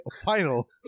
final